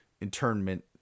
internment